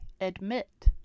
admit